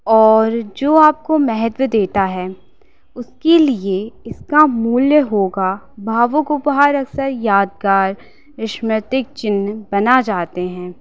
और जो आपको महत्व देता है उसके लिए इसका मूल्य होगा भावुक उपहार अक्सर यादगार स्मृतिक चिन्ह बना जाते हैं